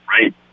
Right